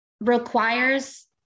requires